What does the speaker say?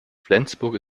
flensburg